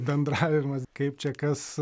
bendravimas kaip čia kas